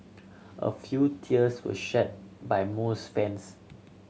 a few tears were shed by most fans